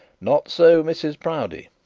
not so mrs proudie.